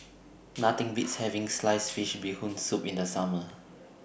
Nothing Beats having Sliced Fish Bee Hoon Soup in The Summer